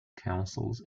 councils